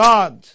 God